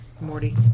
Morty